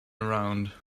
around